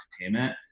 payment